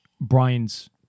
Brian's